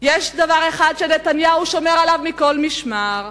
יש דבר שנתניהו שומר עליו מכל משמר,